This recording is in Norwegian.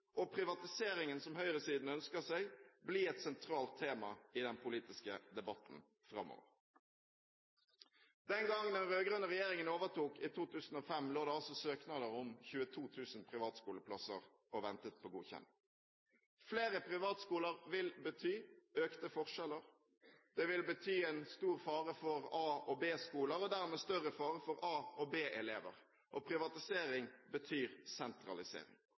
og privatiseringen som høyresiden ønsker seg, bli et sentralt tema i den politiske debatten framover. Den gang den rød-grønne regjeringen overtok i 2005, lå det søknader om 22 000 privatskoleplasser og ventet på godkjenning. Flere privatskoler vil bety økte forskjeller. Det vil bety en stor fare for A- og B-skoler og derved større fare for A- og B-elever. Og privatisering betyr sentralisering.